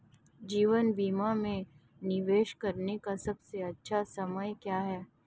जीवन बीमा में निवेश करने का सबसे अच्छा समय क्या है?